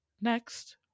Next